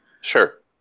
Sure